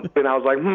but i was like,